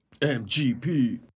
MGP